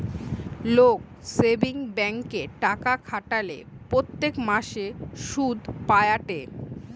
লোক সেভিংস ব্যাঙ্কে টাকা খাটালে প্রত্যেক মাসে সুধ পায়েটে